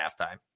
halftime